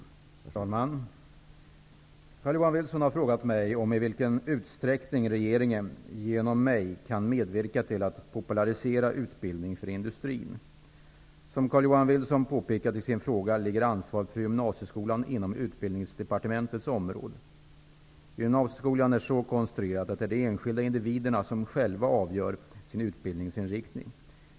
Herr talman! Carl-Johan Wilson har frågat mig i vilken utsträckning regeringen -- genom mig -- kan medverka till att popularisera utbildning för industrin. Som Carl-Johan Wilson har påpekat i sin fråga ligger ansvaret för gymnasieskolan inom Gymnasieskolan är så konstruerad att det är de enskilda individerna som själva avgör sin utbildningsinriktning.